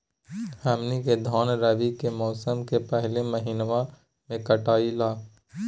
हमनी के धान रवि के मौसम के पहले महिनवा में कटाई ला